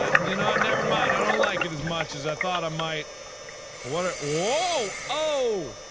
ah you know never mind i don't like it as much as i thought i might but what, ah oh, oh?